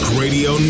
radio